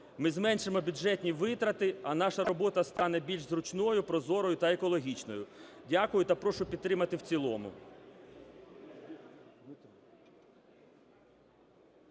Ми зменшимо бюджетні витрати, а наша робота стане більш зручною, прозорою та екологічною. Дякую. Та прошу підтримати в цілому.